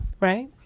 right